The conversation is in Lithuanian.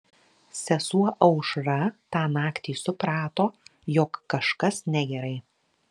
sesuo aušra tą naktį suprato jog kažkas negerai